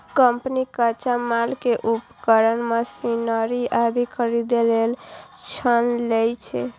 company कच्चा माल, उपकरण, मशीनरी आदि खरीदै लेल ऋण लै छै